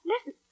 Listen